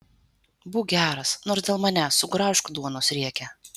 būk geras nors dėl manęs sugraužk duonos riekę